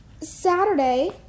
Saturday